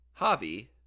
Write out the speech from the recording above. Javi